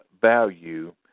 value